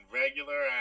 regular